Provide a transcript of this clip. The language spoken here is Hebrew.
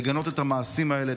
לגנות את המעשים האלה,